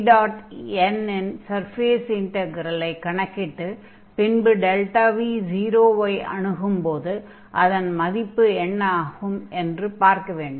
vn இன் surface இன்டக்ரெலைக் கணக்கிட்டு பின்பு δV 0 ஐ அணுகும்போது அதன் மதிப்பு என்ன ஆகும் என்று பார்க்க வேண்டும்